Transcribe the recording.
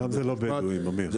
שם זה לא בדואים, אמיר.